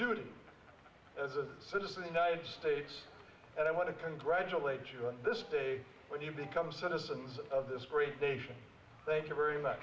duty as a citizen united states and i want to congratulate you on this day when you become citizens of this great nation thank you very much